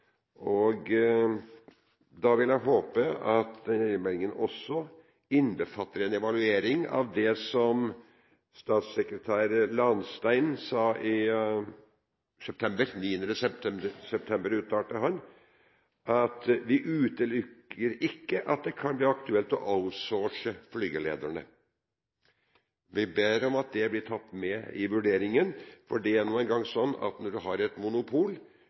vil håpe at eiermeldingen også innbefatter en evaluering av det som statssekretær Lahnstein uttalte 9. september, at vi «utelukker ikke at det kan bli aktuelt å outsource flygelederne.» Vi ber om at det blir tatt med i vurderingen, for det er nå engang sånn at når du har et monopol,